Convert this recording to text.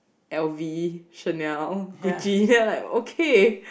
L_V Chanel Gucci then I'm like okay